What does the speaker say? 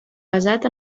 basat